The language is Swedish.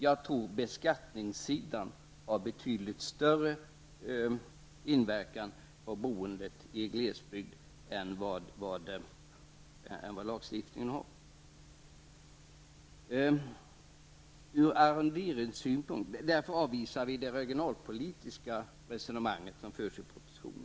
Jag tror att beskattningen har en betydligt större inverkan på boendet i glesbygden än vad lagstiftningen har. Därför avvisar vi det regionalpolitiska resonemang som förs i propositionen.